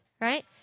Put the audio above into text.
Right